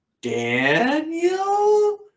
Daniel